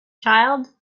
child